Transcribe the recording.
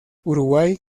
uruguay